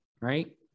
right